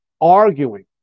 arguing